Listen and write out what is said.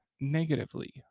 negatively